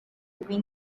between